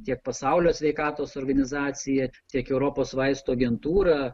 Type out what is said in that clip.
tiek pasaulio sveikatos organizacija tiek europos vaistų agentūra